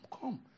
come